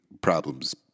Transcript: problems